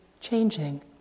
changing